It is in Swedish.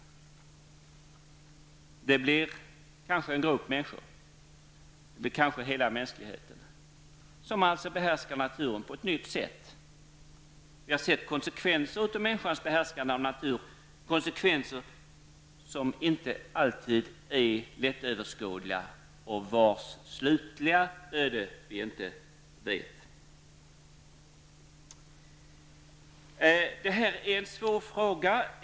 Det kanske blir så att en grupp människor, kanske hela mänskligheten, behärskar naturen på ett nytt sätt. Konsekvenserna av människans behärskande av naturen är inte alltid lättöverskådliga, och det slutiga öde som dessa konsekvenser leder fram till vet vi inte någonting om. Det här är en svår fråga.